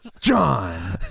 John